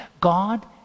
God